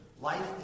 Life